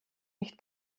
nicht